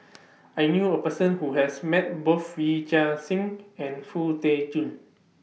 I knew A Person Who has Met Both Yee Chia Hsing and Foo Tee Jun